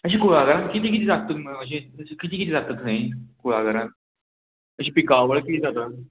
अशें कुळागरांत किदें किदें जाता तुम अशें कितें कितें लागता थंय कुळागरांत अशें पिकावळ कितें जाता